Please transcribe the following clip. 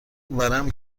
ورم